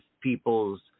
people's